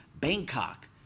Bangkok